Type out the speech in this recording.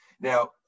Now